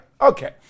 Okay